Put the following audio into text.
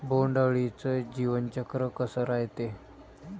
बोंड अळीचं जीवनचक्र कस रायते?